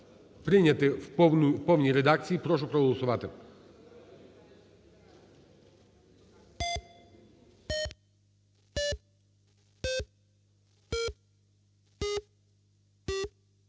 прийняти в повній редакції, прошу проголосувати.